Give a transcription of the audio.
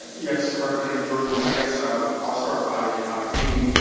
yes, representative jordan, i guess i'll i'll start by yeah reading